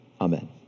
Amen